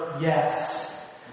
Yes